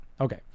Okay